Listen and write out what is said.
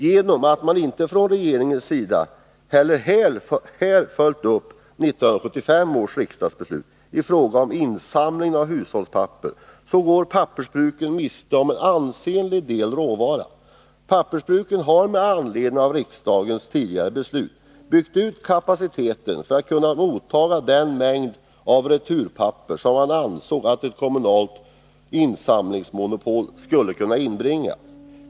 Genom att man från regeringens sida inte heller här följt upp 1975 års riksdagsbeslut i fråga om insamling av hushållspapper går pappersbruken miste om en ansenlig del råvara. Pappersbruken har med anledning av riksdagens tidigare beslut byggt ut kapaciteten för att kunna mottaga den mängd av returpapper som man ansåg att ett kommunalt insamlingsmonopol skulle kunna inbringa.